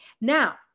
Now